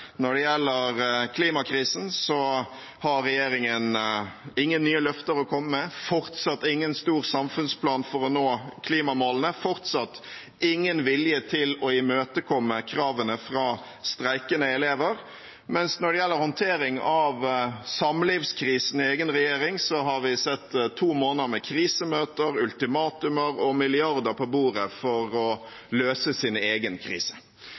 Når det gjelder klimakrisen, har regjeringen ingen nye løfter å komme med, fortsatt ingen stor samfunnsplan for å nå klimamålene, fortsatt ingen vilje til å imøtekomme kravene fra streikende elever, mens når det gjelder håndtering av samlivskrisen i egen regjering, har vi sett to måneder med krisemøter, ultimatum og milliarder på bordet for å løse sin egen krise.